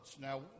now